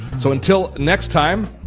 so until next time,